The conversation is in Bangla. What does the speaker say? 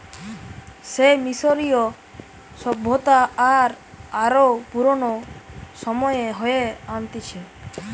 সে মিশরীয় সভ্যতা আর আরো পুরানো সময়ে হয়ে আনতিছে